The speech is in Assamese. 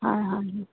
হয় হয়